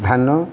ଧାନ